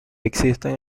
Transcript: existen